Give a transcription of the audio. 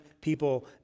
people